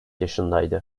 yaşındaydı